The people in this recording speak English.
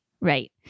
Right